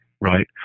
right